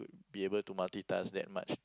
be able to multi-task that much